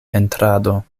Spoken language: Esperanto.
pentrado